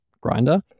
grinder